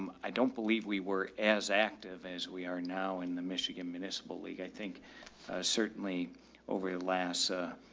um i don't believe we were as active as we are now in the michigan municipal league. i think certainly over the last, ah,